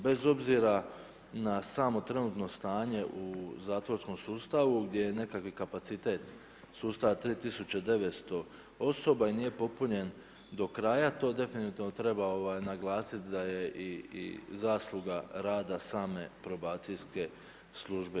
Bez obzira na samo trenutno stanje u zatvorskom sustavu gdje je nekakvi kapacitet sustava 3900 osoba i nije popunjen do kraja, to definitivno treba naglasit da je i zasluga rada same probacijske službe.